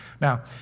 Now